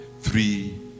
three